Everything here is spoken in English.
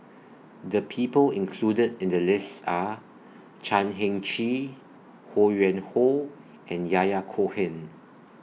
The People included in The list Are Chan Heng Chee Ho Yuen Hoe and Yahya Cohen